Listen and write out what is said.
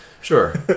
Sure